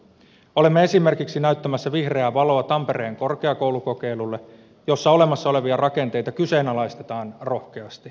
olemme esimerkiksi näyttämässä vihreää valoa tampereen korkeakoulukokeilulle jossa olemassa olevia rakenteita kyseenalaistetaan rohkeasti